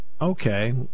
okay